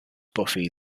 buffy